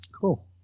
cool